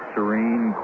Serene